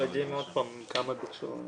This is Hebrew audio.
עוד פעם, לא יודעים כמה ביקשו.